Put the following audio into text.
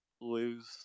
lose